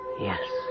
Yes